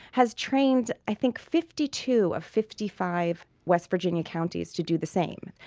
has trained i think fifty two of fifty five west virginia counties to do the same.